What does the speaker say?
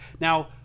now